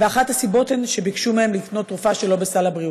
ואחת הסיבות היא שביקשו מהם לקנות תרופה שלא בסל הבריאות.